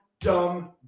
dumb